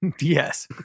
Yes